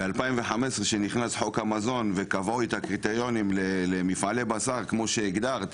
ב-2015 כשנכנס חוק המזון וקבעו את הקריטריונים למפעלי בשר כמו שהגדרת,